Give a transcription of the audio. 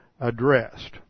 addressed